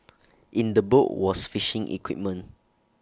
in the boat was fishing equipment